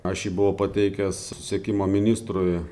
aš jį buvo pateikęs susisiekimo ministrui